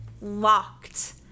locked